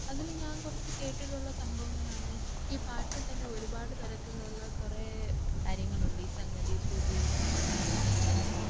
അതില് ഞാന് കുറച്ച് കേട്ടിട്ടുള്ള സംഭവങ്ങളാണ് ഈ പാട്ടില് തന്നെ ഒരുപാട് തരത്തിലുള്ള കുറെ കാര്യങ്ങളുണ്ട് ഈ സംഗതി ശ്രുതി എന്താ